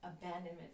abandonment